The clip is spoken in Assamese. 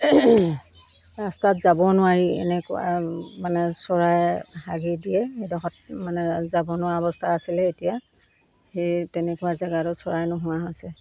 ৰাস্তাত যাব নোৱাৰি এনেকুৱা মানে চৰাইয়ে হাগি দিয়ে সেইডোখৰত মানে যাব নোৱাৰ অৱস্থা আছিলে এতিয়া সেই তেনেকুৱা জেগাটো চৰাই নোহোৱা হৈছে